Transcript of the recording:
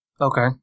Okay